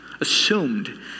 assumed